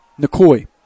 Nikoi